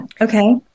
okay